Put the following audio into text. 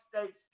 states